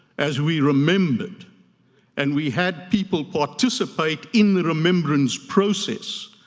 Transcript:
as we remembered and we had people participate in the remembrance process,